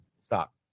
stop